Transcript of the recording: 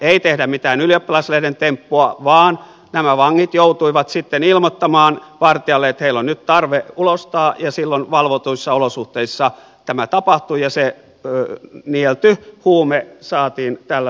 ei tehdä mitään ylioppilaslehden temppua vaan nämä vangit joutuivat sitten ilmoittamaan vartijalle että heillä on nyt tarve ulostaa ja silloin valvotuissa olosuhteissa tämä tapahtui ja se nielty huume saatiin tällä tavoin paljastettua